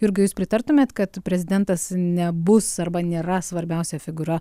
jurga jūs pritartumėt kad prezidentas nebus arba nėra svarbiausia figūra